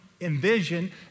Envision